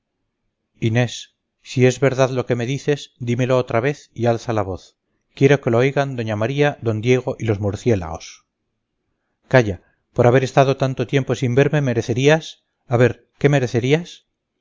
inés si es verdad lo que me dices dímelo otra vez y alza la voz quiero que lo oigan doña maría d diego y los murciélagos calla por haber estado tanto tiempo sin verme merecerías a ver que merecerías